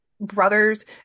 brothers